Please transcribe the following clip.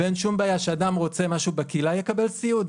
ואין שום בעיה שאדם רוצה משהו בקהילה יקבל סיעוד.